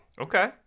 okay